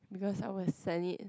because I was sent it